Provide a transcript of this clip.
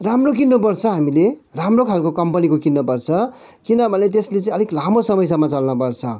राम्रो किन्नु पर्छ हामीले राम्रो खालको कम्पनीको किन्न पर्छ किनभने त्यसले चाहिँ अलिक लामो समयसम्म चल्न पर्छ